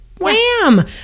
Wham